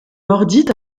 mordit